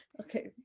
Okay